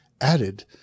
added